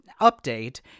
update